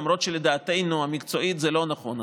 למרות שלדעתנו המקצועית זה לא נכון,